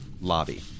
Lobby